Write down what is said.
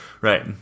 right